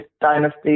dynasty